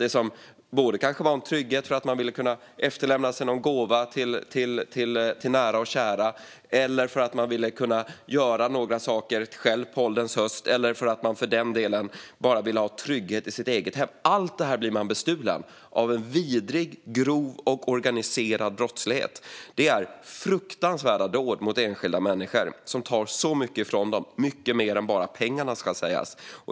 Det kanske både var en trygghet för en själv, för att man ville göra saker på ålderns höst, och en gåva som man ville kunna efterlämna till nära och kära - allt detta blir man bestulen på genom vidrig, grov och organiserad brottslighet. Det är fruktansvärda dåd mot enskilda människor som tar så mycket ifrån dem - mycket mer än bara pengarna, ska sägas.